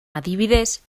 adibidez